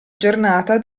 giornata